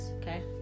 okay